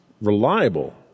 Reliable